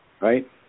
Right